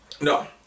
No